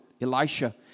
Elisha